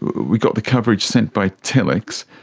we got the coverage sent by telex.